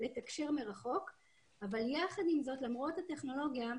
למרות הטכנולוגיה,